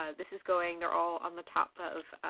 ah this is going. they're all on the top of